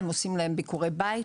הם עושים ביקורי בית,